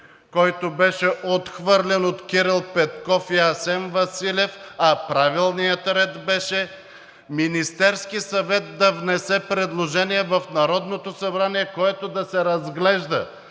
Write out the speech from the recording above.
който беше отхвърлен от Кирил Петков и Асен Василев, а правилният ред беше Министерският съвет да внесе предложение в Народното събрание, което да се разглежда.